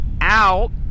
out